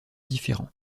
différent